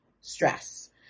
stress